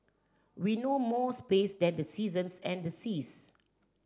we know most space than the seasons and the seas